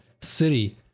city